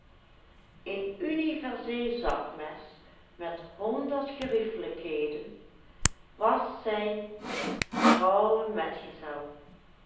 een universeel zakmes met honderd geriefelijkneden was zijn trouwe metgezel